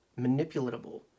manipulatable